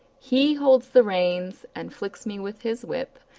he holds the reins, and flicks me with his whip,